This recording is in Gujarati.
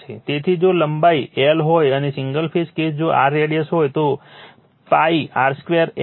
તેથી જો લંબાઈ l હોય અને સિંગલ ફેઝ કેસ જો r રેડિયસ હોય તો pi r2 l છે